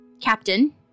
Captain